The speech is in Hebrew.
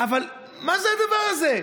אבל מה זה הדבר הזה?